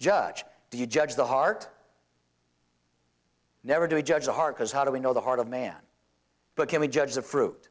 judge do you judge the heart never do you judge the heart because how do we know the heart of man but can we judge the fruit